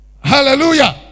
Hallelujah